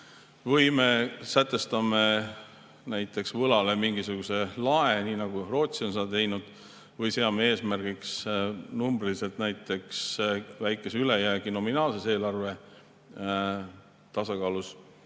Või me sätestame näiteks võlale mingisuguse lae, nii nagu Rootsi on seda teinud. Või me seame eesmärgiks numbriliselt näiteks väikese ülejäägi nominaalses eelarves.